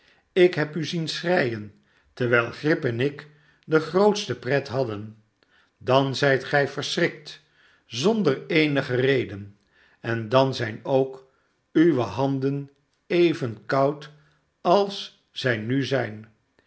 ik heb u zien schreien terwijl grip en ik degrootste pret hadden dan zijt gij verschrikt zonder eenige reden en dan zijn ook uwe handen even koud als zij nu zijn